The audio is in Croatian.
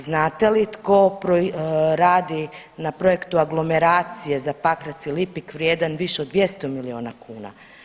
Znate li tko radi na projektu aglomeracije za Pakrac i Lipik vrijedan više od 100 miliona kuna?